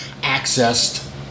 accessed